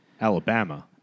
Alabama